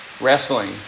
Wrestling